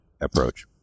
approach